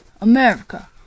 America